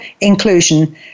inclusion